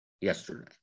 yesterday